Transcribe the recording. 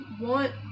want